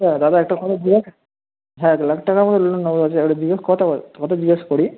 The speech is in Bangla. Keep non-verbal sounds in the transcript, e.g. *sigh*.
আচ্ছা দাদা একটা কথা জিজ্ঞাসা হ্যাঁ এক লাখ টাকা মতো লোন নেবো *unintelligible* জিজ্ঞেস কথা কথা জিজ্ঞেস করি